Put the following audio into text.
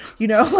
you know.